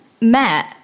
met